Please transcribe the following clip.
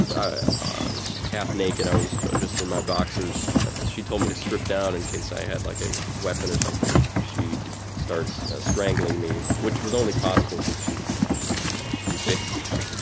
i was half-naked. i was just in my boxers because she told me to strip down in case i had, like, a weapon or something. she starts strangling me, which was only possible cause she was like she was pretty big. like,